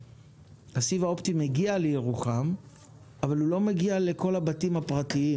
הסיב האופטי מגיע לירוחם אבל הוא לא מגיע לכל הבתים הפרטיים